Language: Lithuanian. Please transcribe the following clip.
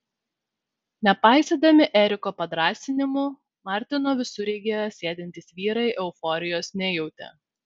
nepaisydami eriko padrąsinimų martino visureigyje sėdintys vyrai euforijos nejautė